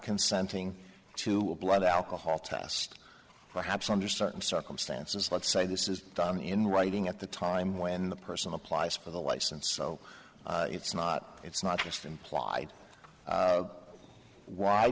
consenting to a blood alcohol test perhaps under certain circumstances let's say this is done in writing at the time when the person applies for the license so it's not it's not just implied